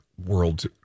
world